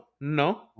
No